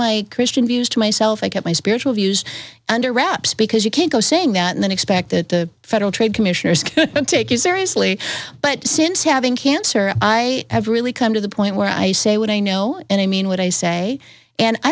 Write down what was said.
my christian views to myself i kept my spiritual views under wraps because you can't go saying that and then expect that the federal trade commission has take you seriously but since having cancer i have really come to the point where i say what i know and i mean what i say and i